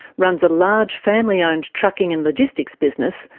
runs a large, family-owned trucking and logistics business,